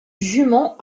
jument